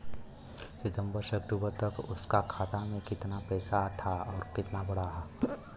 सितंबर से अक्टूबर तक उसका खाता में कीतना पेसा था और कीतना बड़ा?